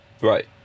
right